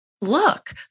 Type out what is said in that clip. look